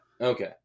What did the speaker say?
Okay